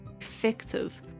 effective